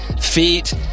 feet